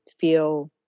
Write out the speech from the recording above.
feel